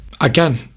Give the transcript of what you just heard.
Again